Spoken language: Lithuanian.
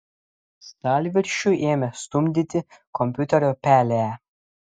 stalviršiu ėmė stumdyti kompiuterio pelę